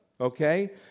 okay